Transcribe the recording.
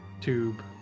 tube